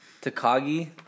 Takagi